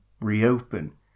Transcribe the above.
reopen